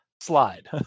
slide